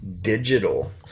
digital